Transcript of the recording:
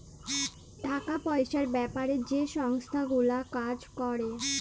টাকা পয়সার বেপারে যে সংস্থা গুলা কাজ ক্যরে